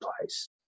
place